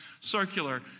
circular